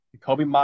Kobe